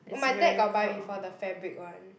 oh my dad got buy before the fabric one